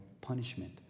punishment